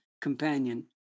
companion